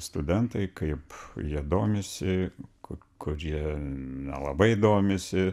studentai kaip jie domisi ku kurie nelabai domisi